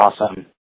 awesome